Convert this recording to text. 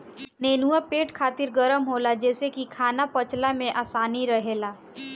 नेनुआ पेट खातिर गरम होला जेसे की खाना पचला में आसानी रहेला